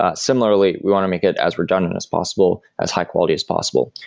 ah similarly, we want to make it as redundant as possible, as high-quality as possible.